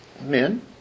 men